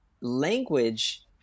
language